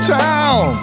town